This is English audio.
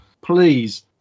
please